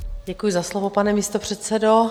Děkuji za slovo, pane místopředsedo.